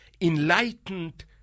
enlightened